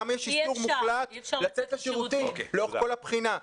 למה יש איסור מוחלט לצאת לשירותים לאורך כל הבחינה?